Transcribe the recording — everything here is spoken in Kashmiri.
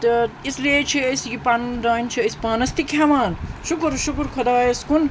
تہٕ اس لیے چھِ أسۍ یہِ پَنُن دانہِ چھِ أسۍ پانَس تہِ کھیٚوان شکر شکر خۄدایَس کُن